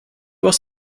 was